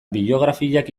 biografiak